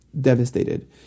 devastated